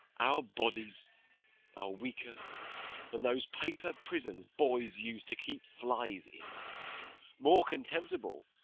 our bodies are weaker than those paper prisons boys use to keep flies in more contemptible,